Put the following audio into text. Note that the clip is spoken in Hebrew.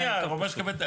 יהיה להם יותר פשוט.